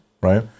right